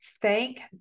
thank